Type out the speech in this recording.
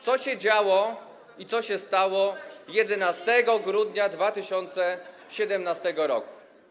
Co się działo i co się stało 11 grudnia 2017 r.